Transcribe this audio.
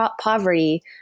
poverty